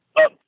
up